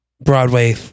Broadway